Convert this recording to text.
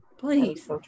please